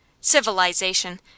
Civilization